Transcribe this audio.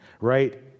right